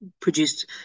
produced